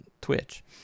Twitch